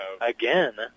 again